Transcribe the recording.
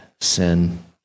sin